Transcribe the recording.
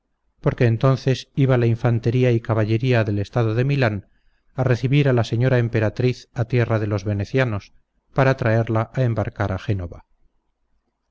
porque entonces iba la infantería y caballería del estado de milán a recibir a la señora emperatriz a tierra de los venecianos para traerla a embarcar a génova